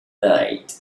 night